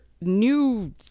new